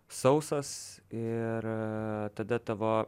sausas ir tada tavo